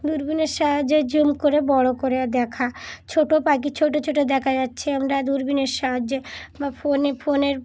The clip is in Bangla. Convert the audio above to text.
দূরবীনের সাহায্যে জুম করে বড়ো করে দেখা ছোটো পাখি ছোটো ছোটো দেখা যাচ্ছে আমরা দূরবীনের সাহায্যে বা ফোনে ফোনের